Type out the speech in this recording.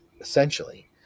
essentially